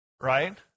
right